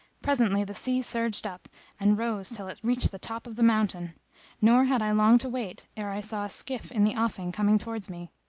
presently the sea surged up and rose till it reached the top of the mountain nor had i long to wait ere i saw a skiff in the offing coming towards me.